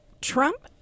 Trump